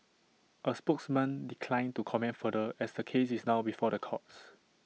A spokesman declined to comment further as the case is now before the courts